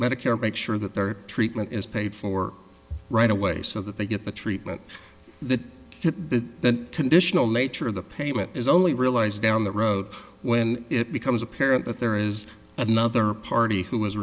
medicare make sure that their treatment is paid for right away so that they get the treatment that fit the then conditional nature of the payment is only realized down the road when it becomes apparent that there is another party who